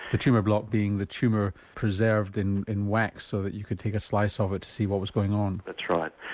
the tumour block being the tumour preserved in wax, wax, so that you could take a slice of it to see what was going on? that's right.